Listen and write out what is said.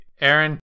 Aaron